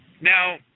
Now